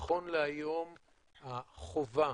נכון להיום החובה